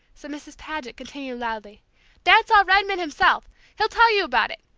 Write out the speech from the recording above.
so mrs. paget continued loudly dad saw redman himself he'll tell you about it!